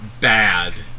bad